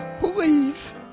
believe